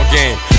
game